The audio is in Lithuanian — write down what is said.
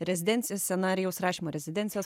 rezidencijų scenarijaus rašymo rezidencijos